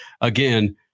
again